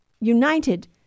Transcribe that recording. united